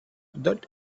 that